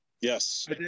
Yes